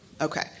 Okay